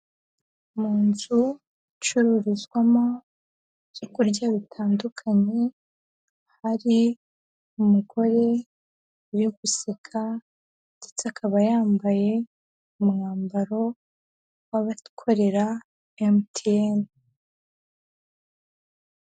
Mu nzu icururizwamo ibyo kurya bitandukanye, hari umugore uri guseka ndetse akaba yambaye umwambaro w'abakorera MTN.